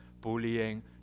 bullying